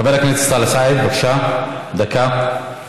חבר הכנסת סאלח סעד, בבקשה, דקה.